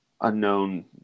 unknown